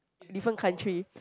different country